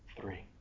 three